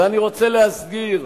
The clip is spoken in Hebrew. ואני רוצה להזכיר,